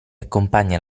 accompagna